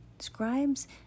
Scribes